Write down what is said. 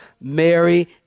Mary